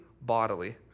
bodily